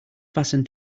fasten